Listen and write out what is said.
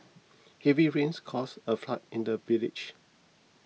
heavy rains caused a flood in the village